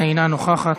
אינה נוכחת.